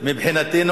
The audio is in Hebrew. כמו לדוגמה טוב,